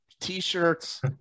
t-shirts